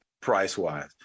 price-wise